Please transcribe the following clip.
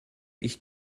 ich